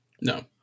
No